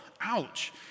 ouch